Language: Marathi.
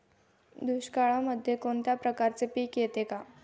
दुष्काळामध्ये कोणत्या प्रकारचे पीक येते का?